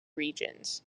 regions